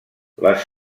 les